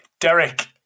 Derek